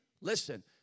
listen